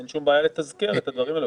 אין שום בעיה לתזכר את הדברים האלה.